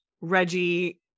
Reggie